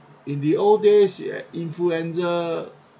in the old days influenza